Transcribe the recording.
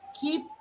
keep